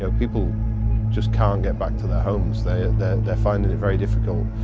ah people just can't get back to their homes, they're they're finding it very difficult.